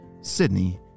Sydney